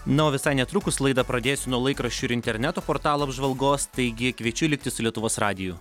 na o visai netrukus laidą pradėsiu nuo laikraščių ir interneto portalų apžvalgos taigi kviečiu likti su lietuvos radiju